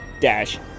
Dash